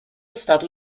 stato